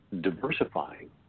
diversifying